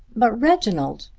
but reginald!